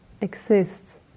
exists